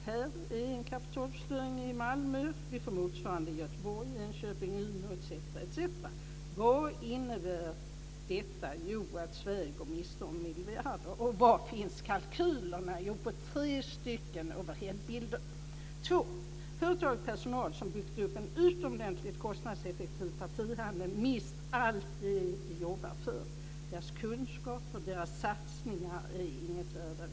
Här är en kapitalförstöring i Malmö. Vi får motsvarande i Göteborg, Enköping, Umeå etc. Vad innebär detta? Jo, att Sverige går miste om miljarder. Var finns kalkylerna? Jo, på tre overheadbilder. För det andra: Företag och personal som har byggt upp en utomordentligt kostnadseffektiv partihandel mister allt det de har jobbat för. Deras kunskaper och satsningar är inget värda längre.